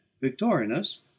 Victorinus